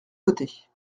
côtés